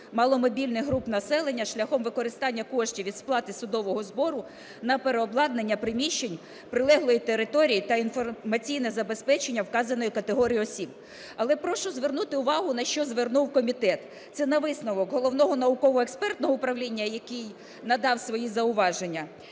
маломобільних груп населення шляхом використання коштів із сплати судового збору на переобладнання приміщень, прилеглої території, та інформаційне забезпечення вказаної категорії осіб. Але прошу звернути увагу, на що звернув комітет, це на висновок Головного науково-експертного управління, який надав свої зауваження,